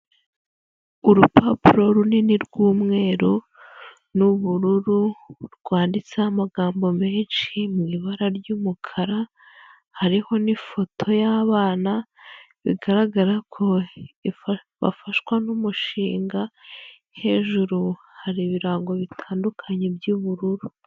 Urupapuro runini rw'umweru n'ubururu rwanditseho amagambo menshi mu ibara ry'umukara, hariho n'ifoto y'abana bigaragara ko bafashwa n'umushinga, hejuru hari ibirango bitandukanye by'ubururu.